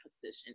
position